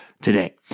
today